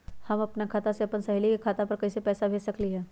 हम अपना खाता से अपन सहेली के खाता पर कइसे पैसा भेज सकली ह?